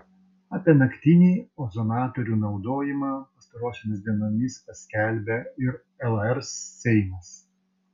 apie naktinį ozonatorių naudojimą pastarosiomis dienomis paskelbė ir lr seimas